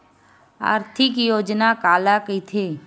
आर्थिक योजना काला कइथे?